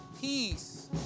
peace